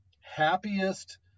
happiest